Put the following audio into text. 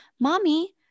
mommy